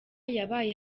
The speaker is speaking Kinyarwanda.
yabaye